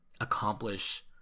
accomplish